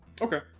Okay